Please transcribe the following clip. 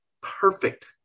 perfect